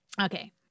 Okay